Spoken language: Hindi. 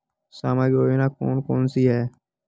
सामाजिक योजना कौन कौन सी हैं?